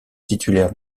titulaire